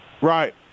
Right